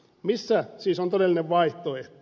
missä siis on todellinen vaihtoehto